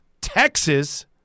Texas